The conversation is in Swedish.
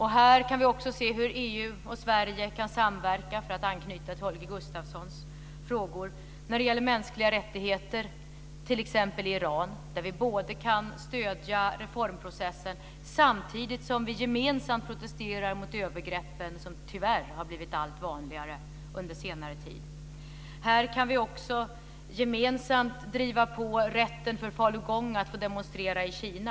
Här kan vi också se hur EU och Sverige kan samverka, för att anknyta till Holger Gustafssons frågor, när det gäller mänskliga rättigheter i t.ex. Iran. Där kan vi stödja reformprocessen samtidigt som vi gemensamt protesterar mot de övergrepp som tyvärr har blivit allt vanligare på senare tid. Vi kan också gemensamt driva på rätten för falungong att demonstrera i Kina.